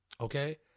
Okay